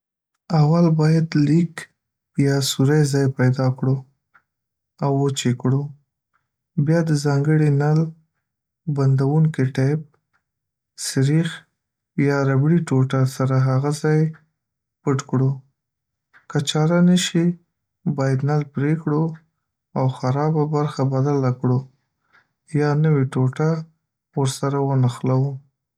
اول باید لیک یا سوری ځای پیدا کړو او وچ یې کړو. بیا د ځانګړي نل بندونکي ټیپ، سریخ یا ربړي ټوټه سره هغه ځای پټ کړو، که چاره نه شي، باید نل پرې کړو او خراب برخه بدله کړو یا نوی ټوټه ورسره ونښلو.